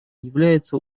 является